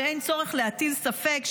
שאין צורך להטיל ספק,